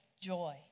joy